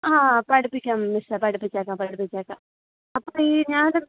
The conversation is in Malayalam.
ആ ആ പഠിപ്പിക്കാം മിസ്സേ പഠിപ്പിച്ചേക്കാം പഠിപ്പിച്ചേക്കാം അപ്പം ഈ ഞാൻ